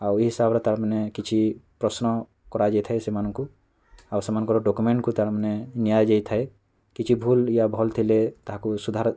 ଆଉ ଏଇ ହିସାବ୍ରେ ତା'ର୍ ମାନେ କିଛି ପ୍ରଶ୍ନ କରାଯାଇଥାଏ ସେମାନଙ୍କୁ ଆଉ ସେମାନଙ୍କର୍ ଡ଼୍କ୍ୟୁମେଣ୍ଟ୍କୁ ତା'ର୍ ମାନେ ନିଆଯାଇଥାଏ କିଛି ଭୁଲ୍ ୟା ଭଲ୍ ଥିଲେ ତାହାକୁ ସୁଧାର